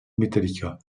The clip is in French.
metallica